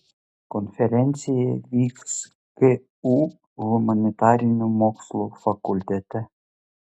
konferencija vyks ku humanitarinių mokslų fakultete